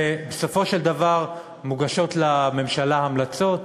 ובסופו של דבר מוגשות לממשלה המלצות,